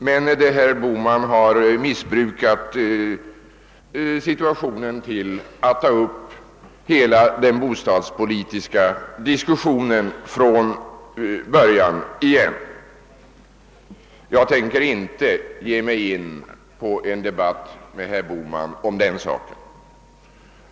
Men herr Bohman har missbrukat situationen till att ta upp hela den bostadspolitiska diskussionen från början igen. Jag tänker inte ge mig in på en debatt med herr Bohman om den saken.